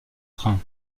train